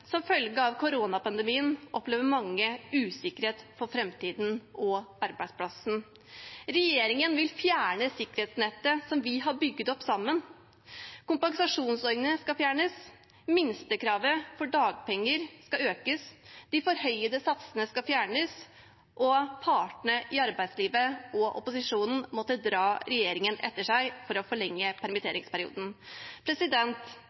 Som følge av koronapandemien opplever mange usikkerhet for framtiden og arbeidsplassen. Regjeringen vil fjerne sikkerhetsnettet som vi har bygget opp sammen. Kompensasjonsordningene skal fjernes, minstekravet for dagpenger skal økes, de forhøyede satsene skal fjernes og partene i arbeidslivet og opposisjonen måtte dra regjeringen etter seg for å forlenge